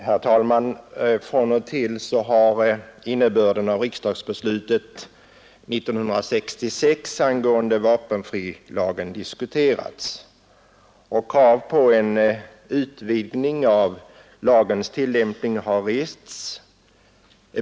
Herr talman! Av och till har innebörden av riksdagsbeslutet 1966 angående vapenfrilagen diskuterats och krav på en utvidgning av lagens tillämpning har rests.